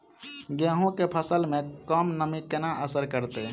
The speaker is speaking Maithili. गेंहूँ केँ फसल मे कम नमी केना असर करतै?